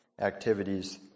activities